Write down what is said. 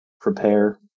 prepare